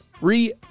re